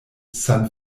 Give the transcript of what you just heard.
san